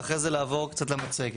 ואחרי זה לעבור קצת למצגת.